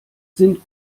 sind